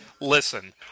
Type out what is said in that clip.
Listen